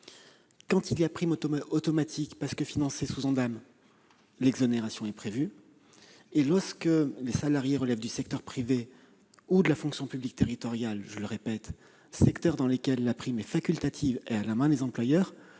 Lorsque la prime est automatique parce qu'elle est financée sous Ondam, l'exonération est prévue. Lorsque les salariés relèvent du secteur privé ou de la fonction publique territoriale, où, je le répète, la prime est facultative et à la main des employeurs,